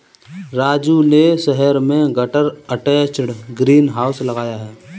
राजू ने शहर में गटर अटैच्ड ग्रीन हाउस लगाया है